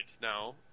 now